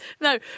No